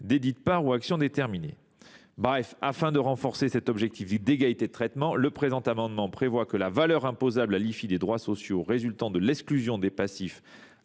dans les conditions de droit commun. Afin de renforcer cet objectif d’égalité de traitement, le présent amendement tend à prévoir que la valeur imposable à l’IFI des droits sociaux résultant de l’exclusion des passifs